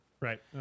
Right